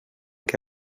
que